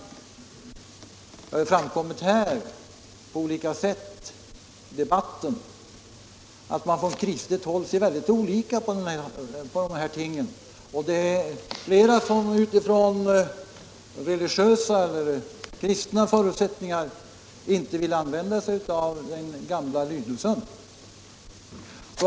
Det har ju här i debatten på skilda” sätt framgått att man från kristet håll ser väldigt olika på dessa ting, och det är flera som utifrån religiösa eller kristna förutsättningar inte vill använda den gamla lydelsen.